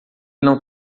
não